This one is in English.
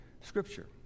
Scripture